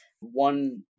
One